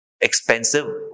expensive